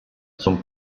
sont